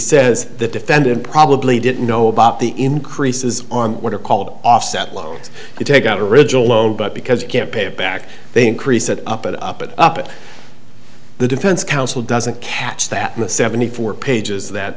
says the defendant probably didn't know about the increases on what are called offset logs to take out original loan but because you can't pay it back they increase it up and up and up and the defense counsel doesn't catch that in the seventy four pages that